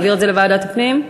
ועדת פנים.